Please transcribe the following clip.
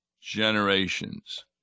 generations